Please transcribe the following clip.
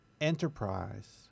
enterprise